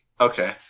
Okay